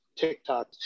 TikTok